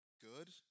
good